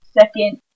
second